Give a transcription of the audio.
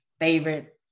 favorite